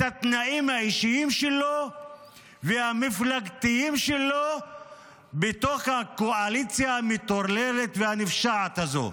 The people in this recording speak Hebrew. את התנאים האישיים והמפלגתיים שלו בתוך הקואליציה המטורללת והנפשעת הזו?